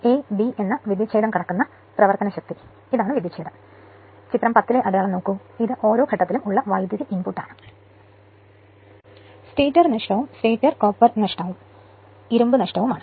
ഇപ്പോൾ a b എന്ന വിദ്യുത്ച്ഛേദം കടക്കുന്ന പ്രവർത്തനശക്തി ഇതാണ് വിദ്യുത്ച്ഛേദം ചിത്രം 10 ലെ അടയാളം നോക്കൂ ഇത് ഓരോ ഘട്ടത്തിലും ഉള്ള വൈദ്യുതി ഇൻപുട്ട് ആണ് സ്റ്റേറ്റർ നഷ്ടം സ്റ്റേറ്റർ കോപ്പർ നഷ്ടവും ഇരുമ്പ് നഷ്ടവുമാണ്